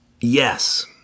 Yes